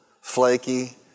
flaky